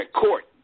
court